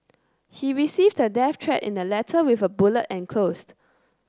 he received a death threat in a letter with a bullet enclosed